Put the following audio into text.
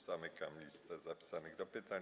Zamykam listę zapisanych do pytań.